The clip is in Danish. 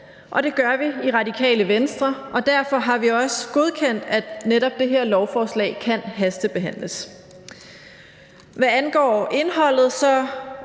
det gør vi i Radikale Venstre, og derfor har vi også godkendt, at netop dette lovforslag kan hastebehandles. Hvad angår indholdet,